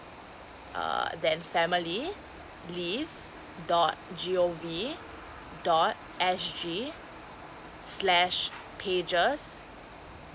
uh then family leave dot G O V dot S G slash pages